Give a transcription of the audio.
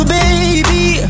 baby